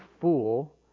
fool